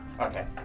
Okay